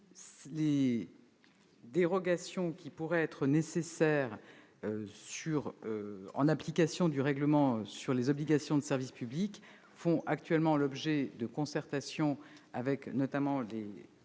Les dérogations qui pourraient être nécessaires en application du règlement sur les obligations de service public font actuellement l'objet de concertations avec, notamment, les